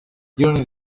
during